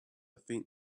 faint